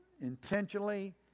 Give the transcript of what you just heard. intentionally